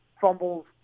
fumbles